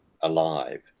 alive